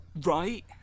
Right